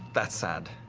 that's sad.